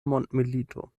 mondmilito